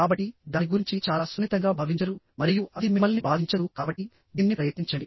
కాబట్టి దాని గురించి చాలా సున్నితంగా భావించరు మరియు అది మిమ్మల్ని బాధించదు కాబట్టి దీన్ని ప్రయత్నించండి